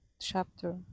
chapter